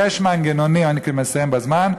אני מסיים בזמן.